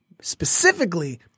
specifically